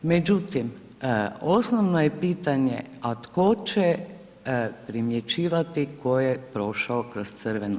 Međutim osnovno je pitanje a tko će primjećivati tko je prošao kroz crveno